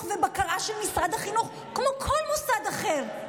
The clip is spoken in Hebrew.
ובקרה של משרד החינוך כמו כל מוסד אחר,